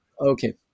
Okay